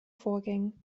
vorgängen